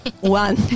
One